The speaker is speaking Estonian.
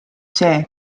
see